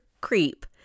creep